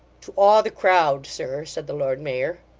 to awe the crowd, sir said the lord mayor.